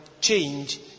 change